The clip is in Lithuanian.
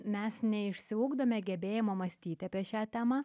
mes neišsiugdome gebėjimo mąstyti apie šią temą